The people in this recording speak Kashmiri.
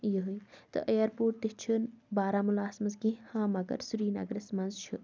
یِہٕے تہٕ اِیَرپوٹ تہِ چھِنہٕ بارہمولاہَس منٛز کیٚنٛہہ ہاں مگر سرینَگرَس منٛز چھِ